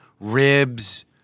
ribs